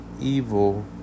evil